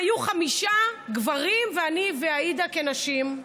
היו חמישה גברים ואני ועאידה הנשים.